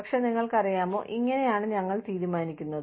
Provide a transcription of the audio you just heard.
പക്ഷേ നിങ്ങൾക്കറിയാമോ ഇങ്ങനെയാണ് ഞങ്ങൾ തീരുമാനിക്കുന്നത്